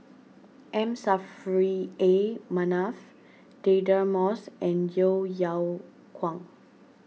M Saffri A Manaf Deirdre Moss and Yeo Yeow Kwang